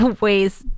ways